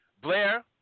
Blair